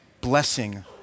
blessing